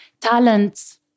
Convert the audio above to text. talents